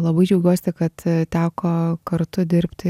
labai džiaugiuosi kad teko kartu dirbti